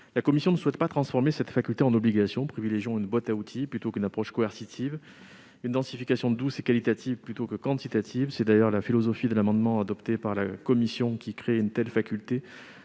La commission ne souhaite pas transformer cette faculté en obligation. Elle privilégie une boîte à outils plutôt qu'une approche coercitive, et une densification douce et qualitative plutôt que quantitative. C'est d'ailleurs la philosophie de l'amendement de la commission, qui tend à créer une telle faculté